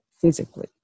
physically